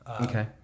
Okay